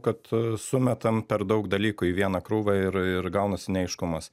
kad sumetam per daug dalykų į vieną krūvą ir ir gaunasi neaiškumas